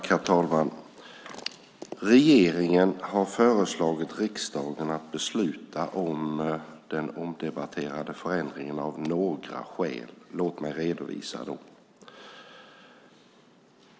Herr talman! Regeringen har föreslagit riksdagen att besluta om den omdebatterade förändringen av några skäl. Låt mig redovisa dem.